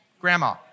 Grandma